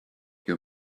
your